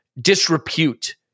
disrepute